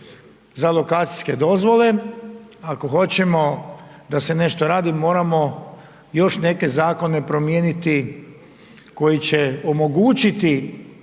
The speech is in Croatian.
za lokacijske dozvole, ako hoćemo da se nešto radi, moramo još neke zakone promijeniti koji će omogućiti